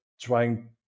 trying